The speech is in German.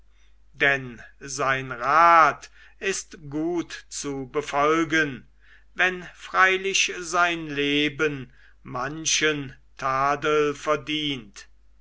denn sein rat ist gut zu befolgen wenn freilich sein leben manchen tadel verdient